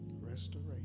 Restoration